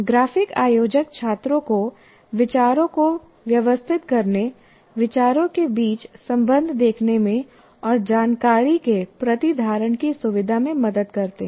graphic आयोजक छात्रों को विचारों को व्यवस्थित करने विचारों के बीच संबंध देखने में और जानकारी के प्रतिधारण की सुविधा में मदद करते हैं